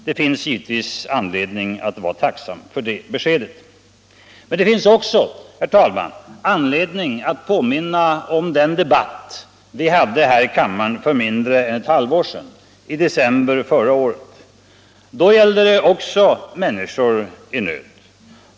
Det finns givetvis anledning att vara tacksam för det beskedet. Men det finns också, herr talman, anledning att påminna om den debatt vi hade här i kammaren för mindre än ett halvår sedan, i december förra året. Då gällde det också människor i nöd.